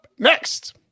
next